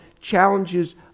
challenges